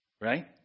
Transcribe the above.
right